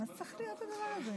מה זה צריך להיות, הדבר הזה?